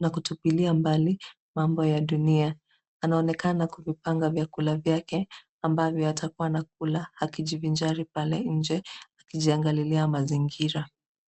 na kutupilia mbali mambo ya dunia. Anaonekana kuvipanga vyakula vyake ambavyo atakuwa anakula akijivinjali pale nje akijiangalilia mazingira.